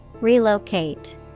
Relocate